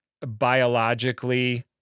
biologically